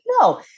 No